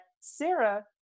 Sarah